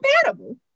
compatible